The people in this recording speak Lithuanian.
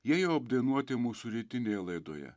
jie jau apdainuoti mūsų rytinėje laidoje